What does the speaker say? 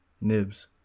Nibs